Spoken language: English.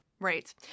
Right